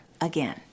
again